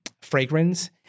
fragrance